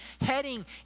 heading